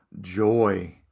joy